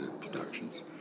productions